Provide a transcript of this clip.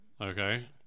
Okay